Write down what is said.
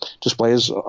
displays